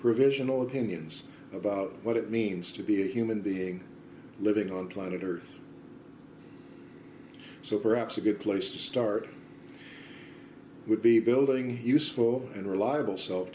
provisional opinions about what it means to be a human being living on planet earth so perhaps a good place to start would be building useful and reliable s